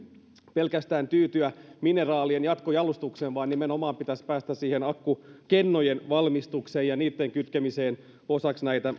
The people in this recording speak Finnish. pitäisi tyytyä pelkästään mineraalien jatkojalostukseen vaan nimenomaan pitäisi päästä siihen akkukennojen valmistukseen ja niitten kytkemiseen osaksi